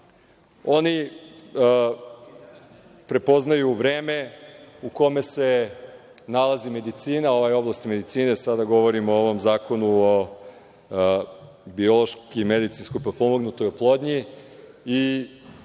prepoznaju vreme u kome se nalazi medicina, ova oblast medicine, sada govorimo o ovom Zakonu o biološko-medicinski potpomognutoj oplodnji